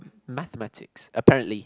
mathematics apparently